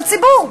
לציבור,